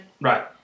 right